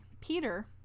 peter